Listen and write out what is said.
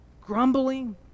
grumbling